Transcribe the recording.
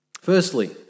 Firstly